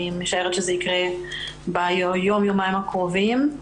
אני משערת שזה יקרה ביום-יומיים הקרובים.